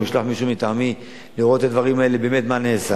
או שאני אשלח מישהו מטעמי לראות את הדברים ומה באמת נעשה.